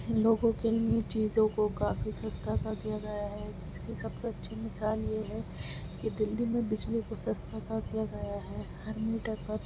لوگوں کے لئے چیزوں کو کافی سستا کر دیا گیا ہے اس کی سب سے اچھی مثال یہ ہے کہ دلی میں بجلی خوب سستا کر دیا گیا ہے ہر میٹر پر